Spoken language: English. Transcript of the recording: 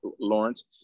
Lawrence